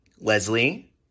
Leslie